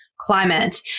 climate